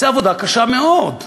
זו עבודה קשה מאוד.